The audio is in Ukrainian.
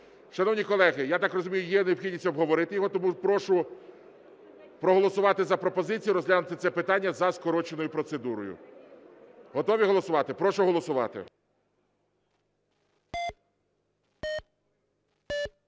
Шановні колеги, я так розумію, є необхідність обговорити його, тому прошу проголосувати за пропозицію розглянути це питання за скороченою процедурою. Готові голосувати? Прошу голосувати.